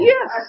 Yes